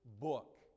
book